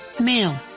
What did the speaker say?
male